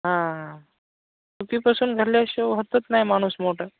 हां हां चुकीपासून घडल्याशिवाय होतच नाही माणूस मोठं